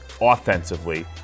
offensively